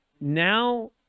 now